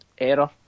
error